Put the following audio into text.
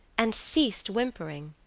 and ceased whimpering.